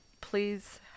please